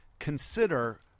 Consider